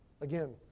Again